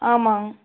ஆமாம்